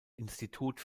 institut